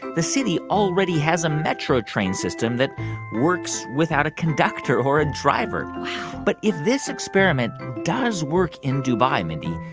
the city already has a metro train system that works without a conductor or a driver wow but if this experiment does work in dubai, mindy,